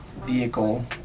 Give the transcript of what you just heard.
vehicle